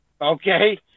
Okay